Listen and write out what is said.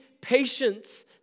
patience